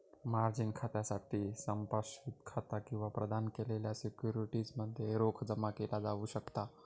margin खात्यासाठी संपार्श्विक खाता किंवा प्रदान केलेल्या सिक्युरिटीज मध्ये रोख जमा केला जाऊ शकता